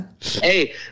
Hey